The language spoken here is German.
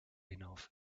hinauf